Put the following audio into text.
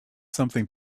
something